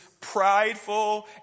prideful